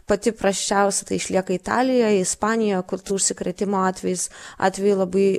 pati prasčiausia tai išlieka italijoj ispanijoj kur tų užsikrėtimo atvejis atvejų labai